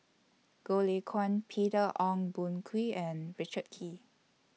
Goh Lay Kuan Peter Ong Boon Kwee and Richard Kee